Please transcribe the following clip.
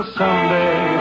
someday